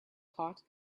pot